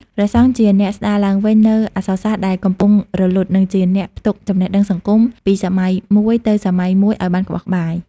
ព្រះសង្ឃជាអ្នក ស្តារឡើងវិញនូវអក្សរសាស្ត្រដែលកំពុងរលត់ និងជាអ្នក ផ្ទុកចំណេះដឹងសង្គម ពីសម័យមួយទៅសម័យមួយឱ្យបានក្បោះក្បាយ។